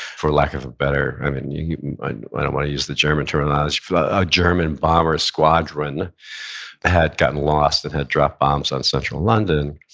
for lack of a better, i mean, i don't wanna use the german terminology, a german bomber squadron that had gotten lost and had dropped bombs on central london.